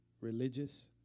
religious